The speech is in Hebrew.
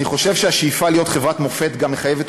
אני חושב שהשאיפה להיות חברת מופת גם מחייבת